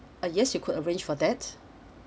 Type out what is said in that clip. uh yes you could arrange for that